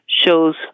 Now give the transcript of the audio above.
shows